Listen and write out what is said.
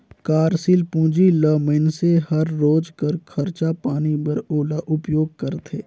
कारसील पूंजी ल मइनसे हर रोज कर खरचा पानी बर ओला उपयोग करथे